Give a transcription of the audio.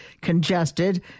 congested